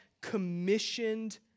commissioned